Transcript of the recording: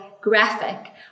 graphic